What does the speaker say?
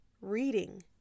reading